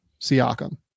Siakam